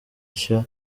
nshya